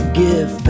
give